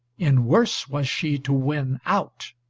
in worse was she to win out.